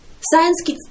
Science